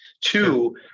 Two